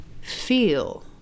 feel